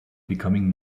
becoming